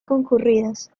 concurridas